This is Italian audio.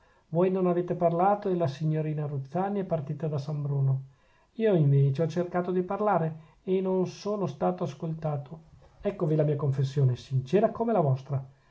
voi non avete parlato e la signorina ruzzani è partita da san bruno io invece ho cercato di parlare e non sono stato ascoltato eccovi la mia confessione sincera come la vostra